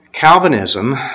Calvinism